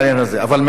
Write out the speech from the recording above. אבל מעבר לזה,